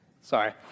Sorry